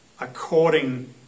according